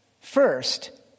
First